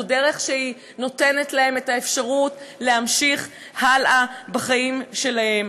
זאת דרך שנותנת להן את האפשרות להמשיך הלאה בחיים שלהן.